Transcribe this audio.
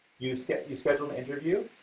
you get you schedule an interview,